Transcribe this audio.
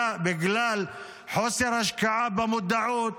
בגלל חוסר השקעה במודעות,